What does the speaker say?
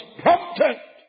prompted